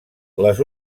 les